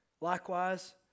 Likewise